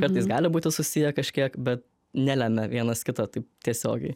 kartais gali būti susiję kažkiek bet nelemia vienas kito taip tiesiogiai